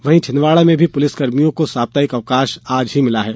वहीं छिंदवाड़ा में भी पुलिसकर्मियों को साप्ताहिक अवकाश आज ही मिला है